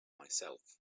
myself